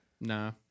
Nah